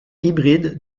hybride